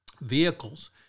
vehicles